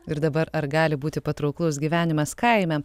ir dabar ar gali būti patrauklus gyvenimas kaime